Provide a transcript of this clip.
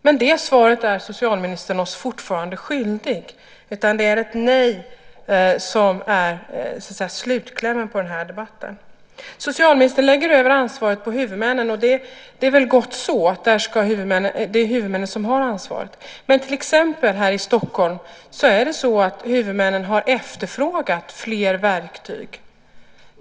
Men det svaret är socialministern oss fortfarande skyldig. Det är ett nej som så att säga är slutklämmen på den här debatten. Socialministern lägger över ansvaret på huvudmännen, och det är väl gott så: Det är huvudmännen som har ansvaret. Men till exempel här i Stockholm har huvudmännen efterfrågat fler verktyg.